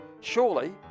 surely